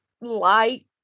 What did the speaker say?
light